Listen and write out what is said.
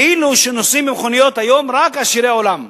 כאילו היום נוסעים במכוניות רק עשירי עולם.